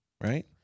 Right